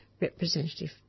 representative